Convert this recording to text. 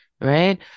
right